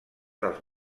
dels